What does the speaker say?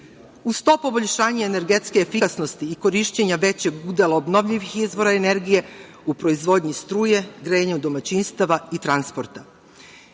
Uz to poboljšanje energetske efikasnosti i korišćenja većeg udela obnovljivih izvora energije u proizvodnji struje, grejanju domaćinstava i transporta. Mi